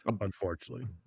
unfortunately